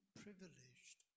privileged